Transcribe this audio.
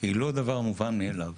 היא לא דבר מובן מאליו.